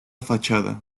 fachada